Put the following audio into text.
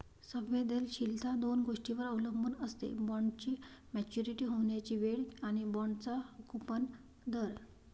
संवेदनशीलता दोन गोष्टींवर अवलंबून असते, बॉण्डची मॅच्युरिटी होण्याची वेळ आणि बाँडचा कूपन दर